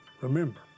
Remember